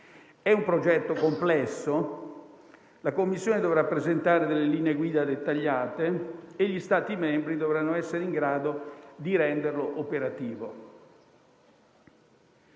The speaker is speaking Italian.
È un progetto complesso; la Commissione dovrà presentare linee guida dettagliate e gli Stati membri dovranno essere in grado di renderle operative.